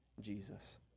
Jesus